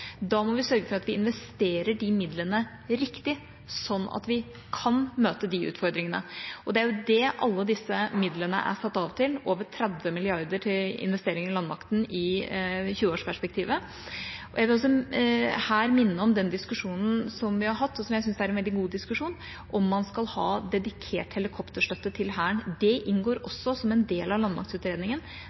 Da må vi sørge for at vi investerer de midlene riktig, slik at vi kan møte de utfordringene. Det er jo det alle disse midlene er satt av til – over 30 mrd. kr til investeringer i landmakten i 20-årsperspektivet. Jeg vil også her minne om den diskusjonen som vi har hatt, og som jeg syns er en veldig god diskusjon: om man skal ha dedikert helikopterstøtte til Hæren. Det inngår også som en del av landmaktutredningen.